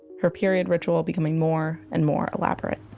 her period ritual becoming more and more elaborate